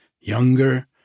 younger